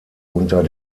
unter